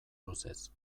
luzez